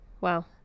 Wow